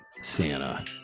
Santa